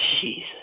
Jesus